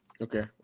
Okay